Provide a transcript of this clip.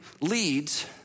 leads